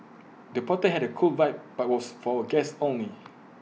the party had A cool vibe but was for guests only